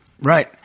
Right